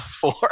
Four